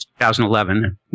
2011